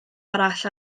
arall